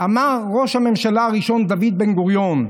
אמר ראש הממשלה הראשון דוד בן-גוריון: